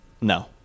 No